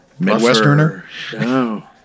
Midwesterner